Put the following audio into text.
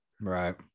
Right